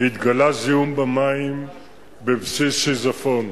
התגלה זיהום במים בבסיס שיזפון.